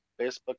Facebook